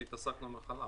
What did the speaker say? הצבעה